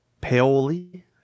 Paoli